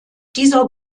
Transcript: dieser